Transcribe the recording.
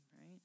right